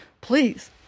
Please